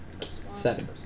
seven